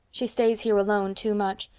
she stays here alone too much.